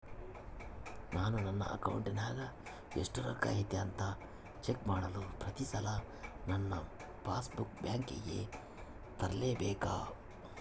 ನಾನು ನನ್ನ ಅಕೌಂಟಿನಾಗ ಎಷ್ಟು ರೊಕ್ಕ ಐತಿ ಅಂತಾ ಚೆಕ್ ಮಾಡಲು ಪ್ರತಿ ಸಲ ನನ್ನ ಪಾಸ್ ಬುಕ್ ಬ್ಯಾಂಕಿಗೆ ತರಲೆಬೇಕಾ?